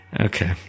okay